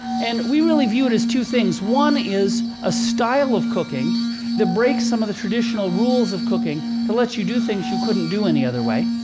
and we really view it as two things. one is a style of cooking that breaks some of the traditional rules of cooking to let you do things you couldn't do any other way.